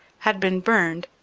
had been burned,